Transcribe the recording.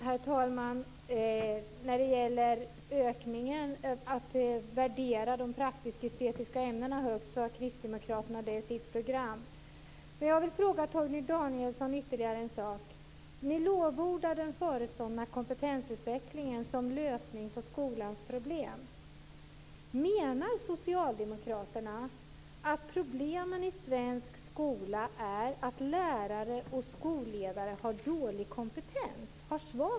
Herr talman! När det gäller en ökning och att värdera de praktisk-estetiska ämnena högt har kristdemokraterna det i sitt program. Jag vill fråga Torgny Danielsson ytterligare en sak. Ni lovordar den förestående kompetensutvecklingen som lösning på skolans problem. Menar socialdemokraterna att problemet i svensk skola är att lärare och skolledare har dålig kompetens?